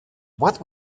what